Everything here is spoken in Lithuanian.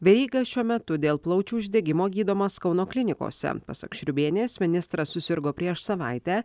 veryga šiuo metu dėl plaučių uždegimo gydomas kauno klinikose pasak šriubėnės ministras susirgo prieš savaitę